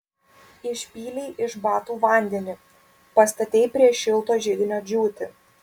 išpylei iš batų vandenį pastatei prie šilto židinio džiūti